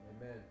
Amen